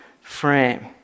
frame